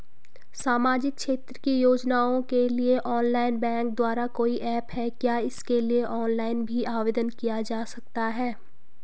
सामाजिक क्षेत्र की योजनाओं के लिए ऑनलाइन बैंक द्वारा कोई ऐप है क्या इसके लिए ऑनलाइन भी आवेदन किया जा सकता है?